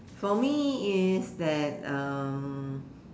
for me is that um